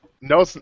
No